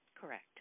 Correct